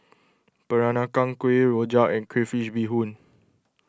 Peranakan Kueh Rrojak and Crayfish BeeHoon